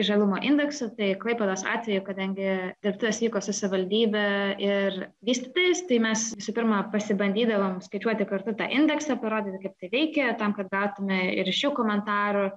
žalumo indeksu tai klaipėdos atveju kadangi dirbtuvės vyko su savivaldybe ir vystytojais tai mes visų pirma pasibandydavom skaičiuoti kartu tą indeksą parodyti kaip tereikia tam kad gautume ir iš jų komentarų